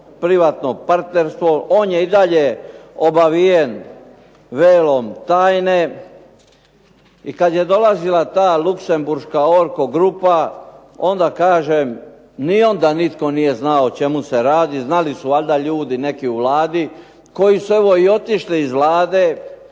javno-privatno partnerstvo. On je i dalje obavijen velom tajne. I kada je dolazila ta Luxenburška "Orco grupa" onda kažem ni onda nitko nije znao o čemu se radi. Znali su valjda ljudi neki u Vladi koji su evo i otišli iz vlade,